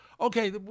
okay